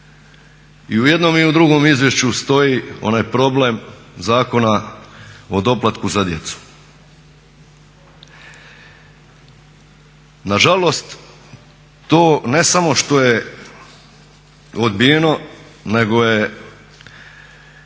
I u jednom i u drugom izvješću stoji onaj problem Zakona o doplatku za djecu. Na žalost to ne samo što je odbijeno, nego je